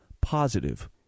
positive